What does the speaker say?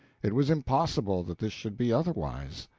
it was impossible that this should be otherwise.